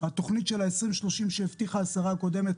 התכנית של 2030 שהבטיחה השרה הקודמת,